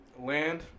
land